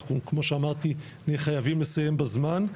אנחנו כמו שאמרתי נהיה חייבים לסיים בזמן.